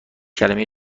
کلمه